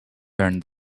turn